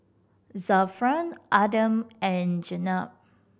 Zafran Adam and Jenab